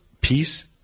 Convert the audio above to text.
peace